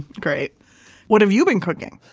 great what have you been cooking?